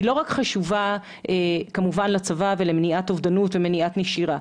היא לא חשובה כמובן לצבא ולמניעת אובדנות ומניעת נשירה.